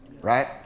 right